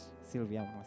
Sylvia